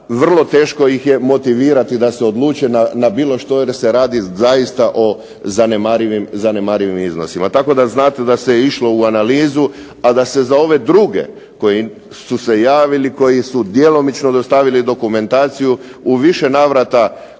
vrlo teško ih je motivirati da se odluče na bilo što jer se radi zaista o zanemarivim iznosima. Tako da znate da se išlo u analizu, a da se za ove druge koji su se javili, koji su djelomično dostavili dokumentaciju, u više navrata